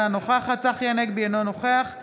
אינה נוכחת